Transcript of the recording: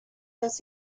does